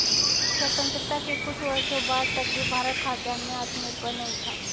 स्वतंत्रता के कुछ वर्षों बाद तक भी भारत खाद्यान्न में आत्मनिर्भर नहीं था